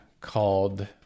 called